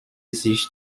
sich